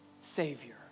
savior